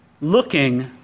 looking